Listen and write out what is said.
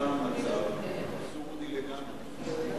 נוצר מצב אבסורדי לגמרי.